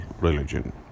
religion